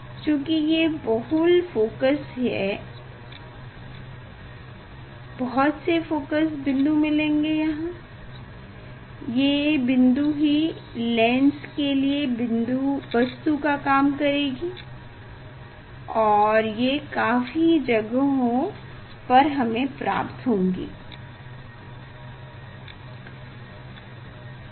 चूंकि ये बहुल फोकस ही बहुत से फोकस बिन्दु मिलेंगे यहाँ ये बिन्दु ही लेंस के लिए वस्तु का काम करेंगी और ये काफी जगहों पर हमें प्राप्त होंगे